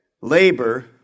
labor